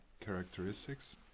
characteristics